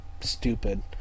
stupid